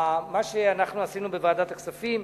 בוועדת הכספים,